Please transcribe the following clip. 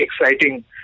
exciting